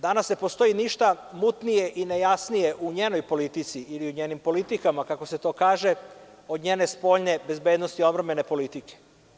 Danas ne postoji ništa mutnije i nejasnije u njenoj politici ili u njenim politikama, kako se to kaže, od njene spoljne bezbednosti odbrambene politike.